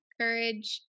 courage